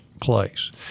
place